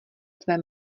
tvé